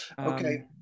Okay